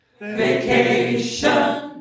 vacation